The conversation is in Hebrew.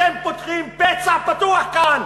אתם פותחים פצע פתוח כאן,